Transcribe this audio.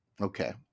Okay